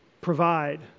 provide